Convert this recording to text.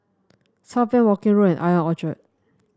Southbank Woking Road and I O N Orchard